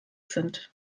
sind